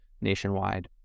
nationwide